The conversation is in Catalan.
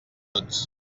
tots